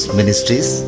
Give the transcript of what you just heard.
Ministries